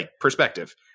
perspective